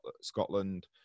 scotland